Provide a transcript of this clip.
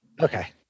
Okay